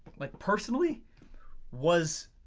like personally was,